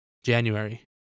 January